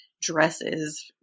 dresses